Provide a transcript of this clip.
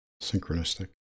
Synchronistic